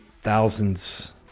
thousands